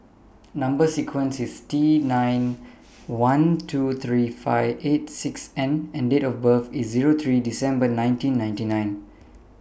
Number sequence IS T nine one two three five eight six N and Date of birth IS Zero three December nineteen ninety nine